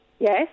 Yes